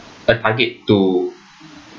a target to